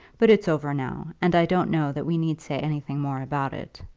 but it's over now, and i don't know that we need say anything more about it.